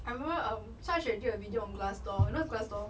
I remember um xia xue did a video on glass door you know what's glass door